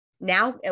now